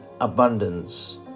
abundance